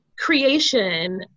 creation